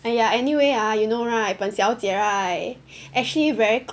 and ya anyway ah you know right 本小姐 right actually very